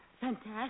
fantastic